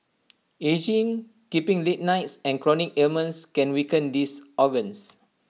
ageing keeping late nights and chronic ailments can weaken these organs